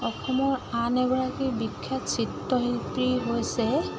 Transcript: অসমৰ আন এগৰাকী বিখ্যাত চিত্ৰশিল্পী হৈছে